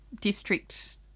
District